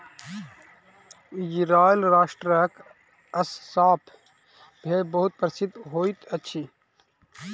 Israel राष्ट्रक Assaf भेड़ बहुत प्रसिद्ध होइत अछि